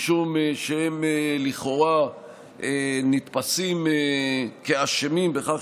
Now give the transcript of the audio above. משום שהם לכאורה נתפסים כאשמים בכך